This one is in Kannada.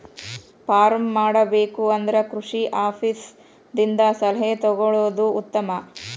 ಪಾರ್ಮ್ ಮಾಡಬೇಕು ಅಂದ್ರ ಕೃಷಿ ಆಪೇಸ್ ದಿಂದ ಸಲಹೆ ತೊಗೊಳುದು ಉತ್ತಮ